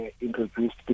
introduced